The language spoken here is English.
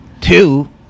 Two